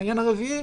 העניין הרביעי.